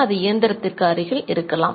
அது இயந்திரத்தின் அருகில் இருக்கலாம்